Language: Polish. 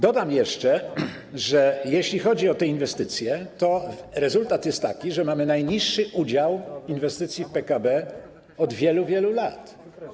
Dodam jeszcze, że jeśli chodzi o te inwestycji, to rezultat jest taki, że mamy najniższy udział inwestycji w PKB od wielu, wielu lat.